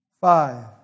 Five